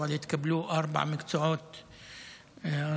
אבל התקבלו ארבעה מקצועות בהתחלה.